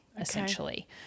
essentially